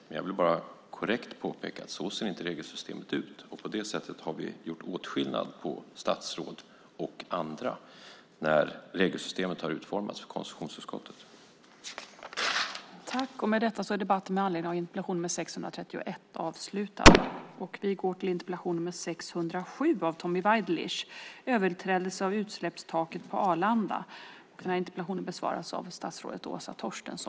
Men jag vill bara korrekt påpeka att regelsystemet inte ser ut så. På det sättet har vi gjort åtskillnad på statsråd och andra när regelsystemet för konstitutionsutskottet har utformats.